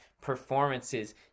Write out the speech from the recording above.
performances